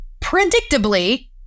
predictably